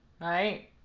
Right